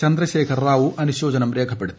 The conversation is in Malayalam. ചന്ദ്രശേഖർ റാവു അനുശോചനം രേഖപ്പെടുത്തി